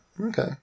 okay